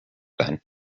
then